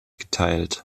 geteilt